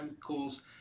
calls